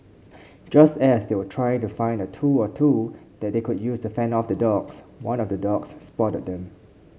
just as they were trying to find a tool or two that they could use to fend off the dogs one of the dogs spotted them